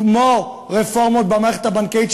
כמו רפורמות במערכת הבנקאית,